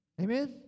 Amen